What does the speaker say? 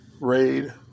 raid